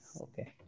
Okay